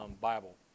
Bible